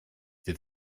wir